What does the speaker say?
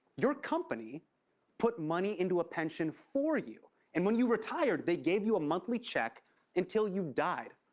your company put money into a pension for you and when you retired, they gave you a monthly check until you died.